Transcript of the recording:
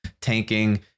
tanking